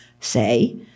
say